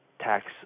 tax